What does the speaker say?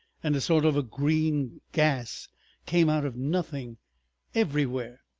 and a sort of green gas came out of nothing everywhere.